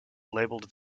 labelled